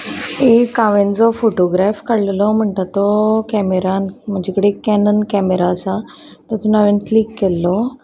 एक हांवेन जो फोटोग्राफ काडलेलो म्हणटा तो कॅमेरान म्हजे कडेन कॅनन कॅमेरा आसा तातून हांवें क्लीिक केल्लो